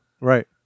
right